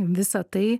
visa tai